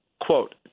quote